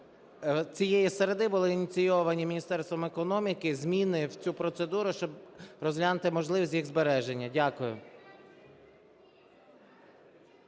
цієї середи були ініційовані Міністерством економіки зміни в цю процедуру, щоб розглянути можливість їх збереження. Дякую.